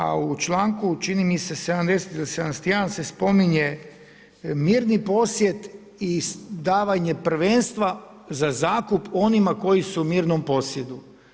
A u čl., čini mi se 70. ili 71. se spominje mirni posjed i davanje prvenstva za zakup onima koji su u mirnom posjedu.